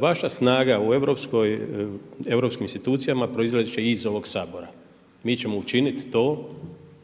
Vaša snaga u europskim institucijama proizaći će iz ovog Sabora. Mi ćemo učiniti to